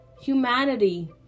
humanity